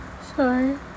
sorry